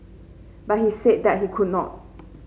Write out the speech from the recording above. but he said that he could not